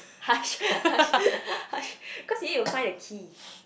harsh harsh harsh cause you need to find the key